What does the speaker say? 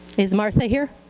is martha here?